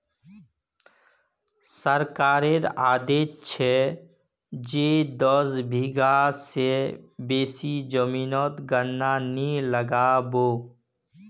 सरकारेर आदेश छ जे दस बीघा स बेसी जमीनोत गन्ना नइ लगा बो